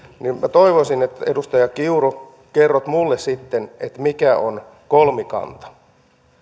minä toivoisin edustaja kiuru että kerrotte minulle sitten mikä on kolmikanta